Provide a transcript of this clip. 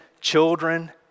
children